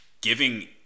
giving